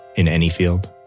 in any field.